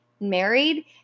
married